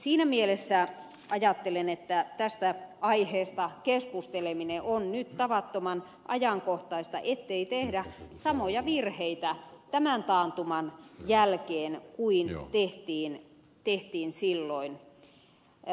siinä mielessä ajattelen että tästä aiheesta keskusteleminen on nyt tavattoman ajankohtaista ettei tehdä samoja virheitä tämän taantuman jälkeen kuin tehtiin silloin